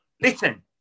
Listen